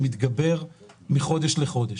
שמתגבר מחודש לחודש.